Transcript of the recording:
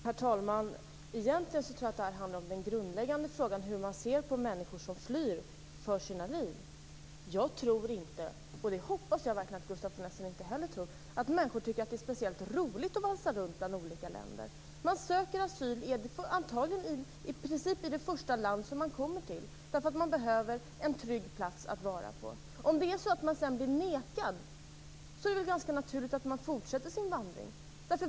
Herr talman! Egentligen tror jag att det här handlar om den grundläggande frågan hur man ser på människor som flyr för sina liv. Jag tror inte, och det hoppas jag verkligen att Gustaf von Essen inte heller tror, att människor tycker att det är speciellt roligt att valsa runt bland olika länder. Man söker i princip asyl i det första land man kommer till, därför att man behöver en trygg plats att vara på. Om man sedan blir nekad är det väl ganska naturligt att man fortsätter sin vandring.